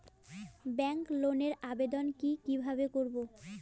Bank লোনের আবেদন কি কিভাবে করব?